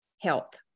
health